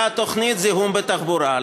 לתוכנית "זיהום בתחבורה".